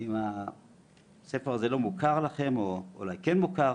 אם הספר הזה לא מוכר לכם, או אולי כן מוכר.